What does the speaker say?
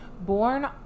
Born